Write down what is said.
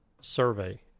survey